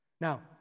Now